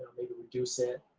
maybe reduce it,